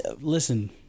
listen